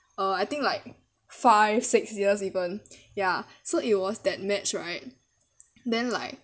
uh I think like five six years even ya so it was that match right then like